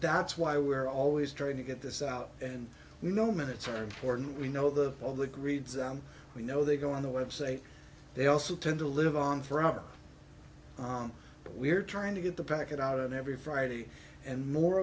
that's why we're always trying to get this out and we know minutes are important we know the all the greed's we know they go on the website they also tend to live on forever but we're trying to get the packet out on every friday and more